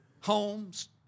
homes